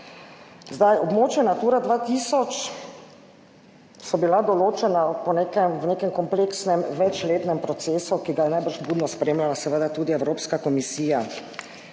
2028. Območja Natura 2000 so bila določena po nekem, v nekem kompleksnem večletnem procesu, ki ga je najbrž budno spremljala seveda tudi Evropska komisija.